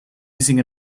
using